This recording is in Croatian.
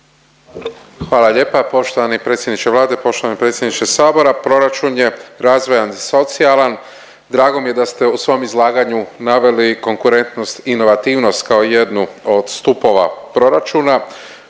Hvala lijepa. Poštovani predsjedniče Vlade, poštovani predsjedniče Sabora. Proračun je razvojan i socijalan, drago mi je da ste u svom izlaganju naveli konkurentnost, inovativnost kao jednu od stupova proračuna.